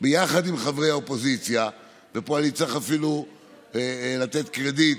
ביחד עם חברי האופוזיציה, פה אני צריך לתת קרדיט